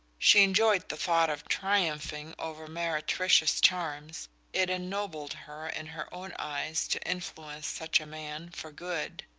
she enjoyed the thought of triumphing over meretricious charms it ennobled her in her own eyes to influence such a man for good.